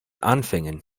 anfängen